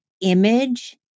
image